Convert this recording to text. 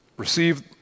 Receive